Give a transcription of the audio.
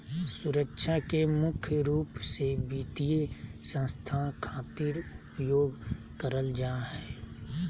सुरक्षा के मुख्य रूप से वित्तीय संस्था खातिर उपयोग करल जा हय